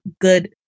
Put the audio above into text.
good